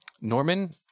Norman